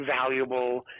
valuable